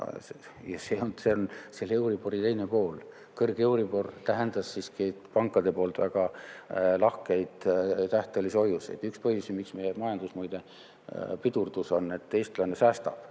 see oli selle euribori teine pool. Kõrge euribor tähendas siiski pankade poolt väga lahkeid tähtajalisi hoiuseid. Üks põhjus muide, miks meie majandus pidurdus, on see, et eestlane säästab.